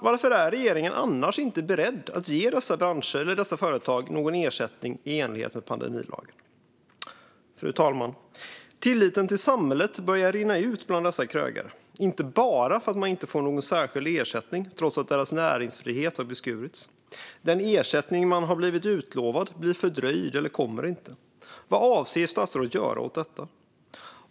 Varför är regeringen annars inte beredd att ge dessa företag någon ersättning i enlighet med pandemilagen? Fru talman! Tilliten till samhället börjar rinna ut bland dessa krögare - inte bara för att de inte får någon särskild ersättning trots att deras näringsfrihet har beskurits, utan också för att den ersättning de har blivit utlovade blir fördröjd eller inte kommer. Vad avser statsrådet att göra åt detta?